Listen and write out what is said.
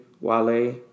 Wale